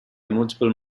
multiple